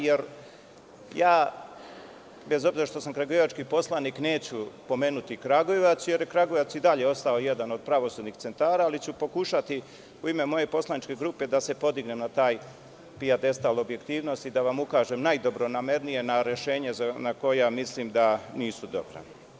Jer, bez obzira što sam ja kragujevački poslanik, neću pomenuti Kragujevac, jer je Kragujevac i dalje ostao jedan od pravosudnih centara, ali ću pokušati u ime moje poslaničke grupe da se podignem na taj pijedestal objektivnosti i da vam najdobronamernije ukažem na rešenja za koja mislim da nisu dobra.